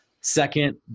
Second